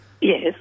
Yes